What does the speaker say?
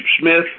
Smith